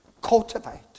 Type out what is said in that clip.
Cultivate